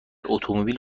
اتومبیل